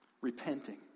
repenting